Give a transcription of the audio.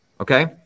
okay